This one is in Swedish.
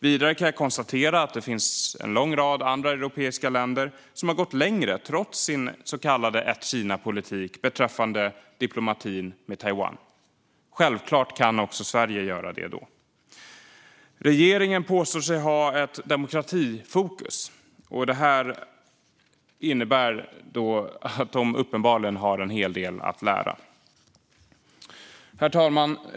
Vidare kan jag konstatera att det finns en lång rad andra europeiska länder som trots sin så kallade ett-Kina-politik har gått längre beträffande diplomatin med Taiwan. Självklart kan också Sverige göra det. Regeringen påstår sig ha ett demokratifokus, men uppenbarligen har den en hel del att lära. Herr talman!